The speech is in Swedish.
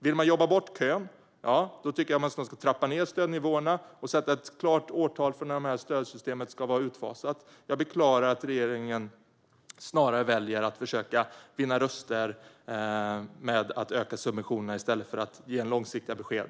Vill man jobba bort kön tycker jag att man ska trappa ned stödnivåerna och sätta ett klart årtal för när detta stödsystem ska vara utfasat. Jag beklagar att regeringen snarare väljer att försöka vinna röster genom att öka subventionerna i stället för att ge långsiktiga besked.